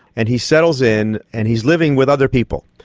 and he settles in and he is living with other people.